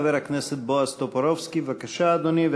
חבר הכנסת בועז טופורובסקי, בבקשה, אדוני.